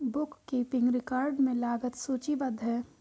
book keeping record में लागत सूचीबद्ध है